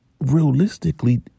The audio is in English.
realistically